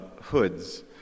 hoods